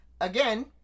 again